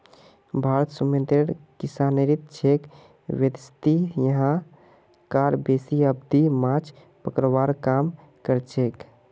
भारत समूंदरेर किनारित छेक वैदसती यहां कार बेसी आबादी माछ पकड़वार काम करछेक